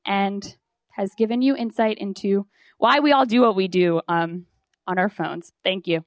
and has given you insight into why we all do what we do on our phones thank